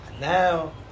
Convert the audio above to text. now